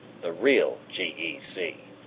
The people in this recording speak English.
the real g. e. c,